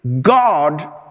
God